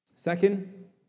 Second